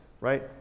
right